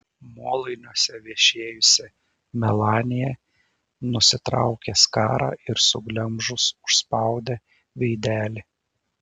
molainiuose viešėjusi melanija nusitraukė skarą ir suglemžus užspaudė veidelį